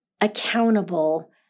accountable